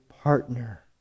partner